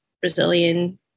Brazilian